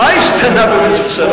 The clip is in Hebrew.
מה השתנה במשך שנה?